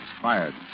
fired